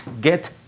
get